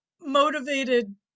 motivated